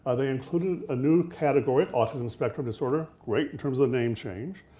ah they included a new category, autism spectrum disorder, great in terms of the name change.